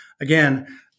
Again